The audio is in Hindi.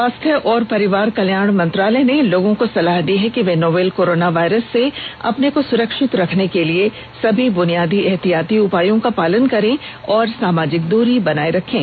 स्वास्थ्य और परिवार कल्याण मंत्रालय ने लोगों को सलाह दी है कि वे नोवल कोरोना वायरस से अपने को सुरक्षित रखने के लिए सभी बुनियादी एहतियाती उपायों का पालन करें और सामाजिक दूरी बनाए रखें